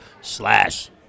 Slash